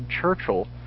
Churchill